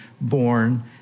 born